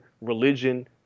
religion